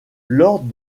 lors